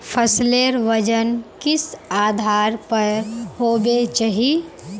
फसलेर वजन किस आधार पर होबे चही?